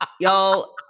Y'all